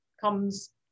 comes